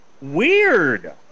weird